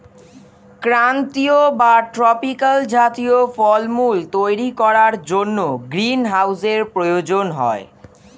ক্রান্তীয় বা ট্রপিক্যাল জাতীয় ফলমূল তৈরি করার জন্য গ্রীনহাউসের প্রয়োজন হয়